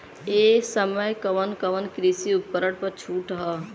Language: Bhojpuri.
ए समय कवन कवन कृषि उपकरण पर छूट ह?